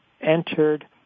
entered